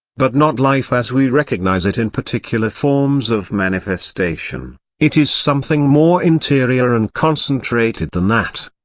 but not life as we recognise it in particular forms of manifestation it is something more interior and concentrated than that.